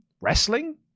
wrestling